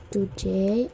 Today